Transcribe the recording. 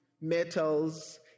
metals